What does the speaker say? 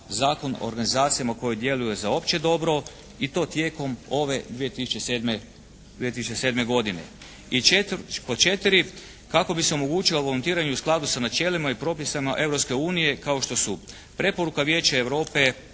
Zakon o organizacijama koje djeluju za opće dobro i to tijekom ove 2007. godine. I pod četiri, kako bi se omogućilo volontiranje u skladu sa načelima i propisima Europske unije kao što su preporuka Vijeća Europe